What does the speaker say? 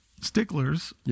sticklers